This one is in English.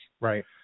Right